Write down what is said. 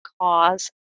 cause